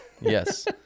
Yes